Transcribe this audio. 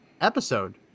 episode